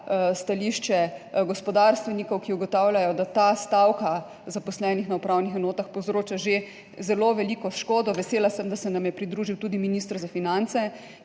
stališče gospodarstvenikov, ki ugotavljajo, da ta stavka zaposlenih na upravnih enotah povzroča že zelo veliko škodo. Vesela sem, da se nam je pridružil tudi minister za finance,